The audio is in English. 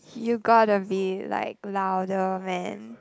you gotta be like louder man